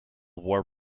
war